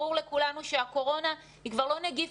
ברור לכולנו שהקורונה היא כבר לא נגיף